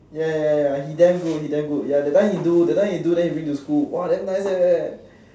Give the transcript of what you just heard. ya ya ya ya he damn good he damn good ya that time he do that time he do then he bring to school damn nice eh